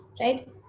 right